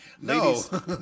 No